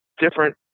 different